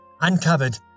uncovered